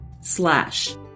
slash